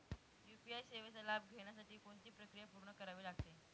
UPI सेवेचा लाभ घेण्यासाठी कोणती प्रक्रिया पूर्ण करावी लागते?